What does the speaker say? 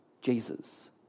Jesus